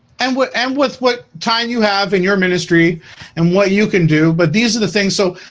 and what and with what time you have in your ministry and what you can do, but these are the things so,